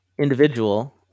individual